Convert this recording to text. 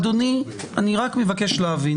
אדוני, אני רק מבקש להבין